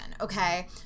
okay